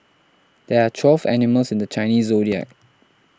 there are twelve animals in the Chinese zodiac